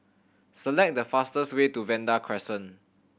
select the fastest way to Vanda Crescent